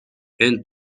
and